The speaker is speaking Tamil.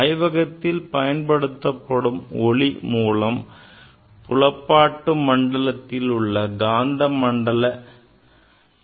ஆய்வகத்தில் பயன்படுத்தப்படும் ஒளி மூலம் என்பது புலப்பாட்டு மண்டலத்தில் உள்ள மின்காந்த அலைகள் ஆகும்